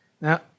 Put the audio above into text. Now